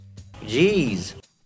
Jeez